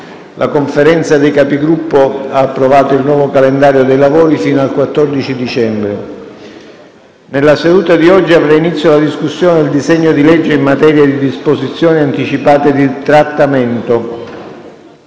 La Conferenza dei Capigruppo ha approvato il nuovo calendario dei lavori fino al 14 dicembre. Nella seduta di oggi avrà inizio la discussione del disegno di legge in materia di disposizioni anticipate di trattamento;